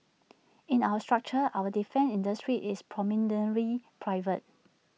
in our structure our defence industry is predominantly private